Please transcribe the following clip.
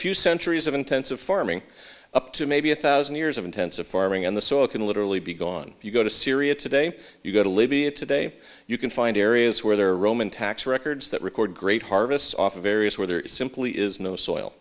few centuries of intensive farming up to maybe a thousand years of intensive farming and the soil can literally be gone if you go to syria today you go to libya today you can find areas where there are roman tax records that record great harvests off of areas where there simply is no soil